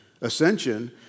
ascension